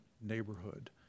neighborhood